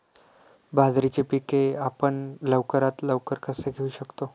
बाजरीचे पीक आपण लवकरात लवकर कसे घेऊ शकतो?